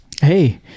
Hey